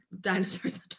dinosaurs